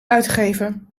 uitgeven